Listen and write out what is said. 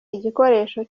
igikoresho